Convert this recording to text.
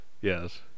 yes